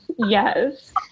Yes